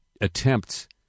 attempts